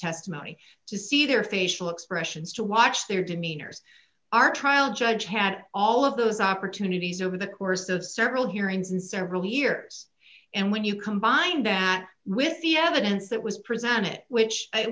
testimony to see their facial expressions to watch their demeanors our trial judge had all of those opportunities over the course of several hearings in several years and when you combine that with the evidence that was presented which i